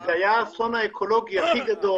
היה האסון האקולוגי הכי גדול